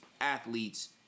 athletes